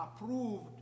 approved